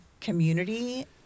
community